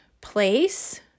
place